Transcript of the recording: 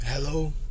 Hello